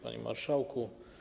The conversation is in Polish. Panie Marszałku!